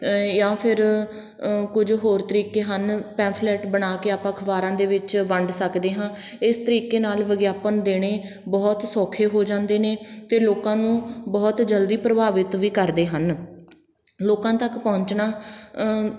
ਜਾਂ ਫਿਰ ਕੁਝ ਹੋਰ ਤਰੀਕੇ ਹਨ ਪੈਫਲੇਟ ਬਣਾ ਕੇ ਆਪਾਂ ਅਖਬਾਰਾਂ ਦੇ ਵਿੱਚ ਵੰਡ ਸਕਦੇ ਹਾਂ ਇਸ ਤਰੀਕੇ ਨਾਲ ਵਿਗਿਆਪਨ ਦੇਣੇ ਬਹੁਤ ਸੌਖੇ ਹੋ ਜਾਂਦੇ ਨੇ ਤੇ ਲੋਕਾਂ ਨੂੰ ਬਹੁਤ ਜਲਦੀ ਪ੍ਰਭਾਵਿਤ ਵੀ ਕਰਦੇ ਹਨ ਲੋਕਾਂ ਤੱਕ ਪਹੁੰਚਣਾ